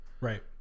Right